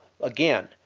again